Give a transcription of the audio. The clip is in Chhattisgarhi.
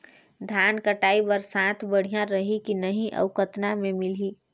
धान कटाई बर साथ बढ़िया रही की नहीं अउ कतना मे मिलही?